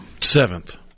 Seventh